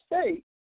state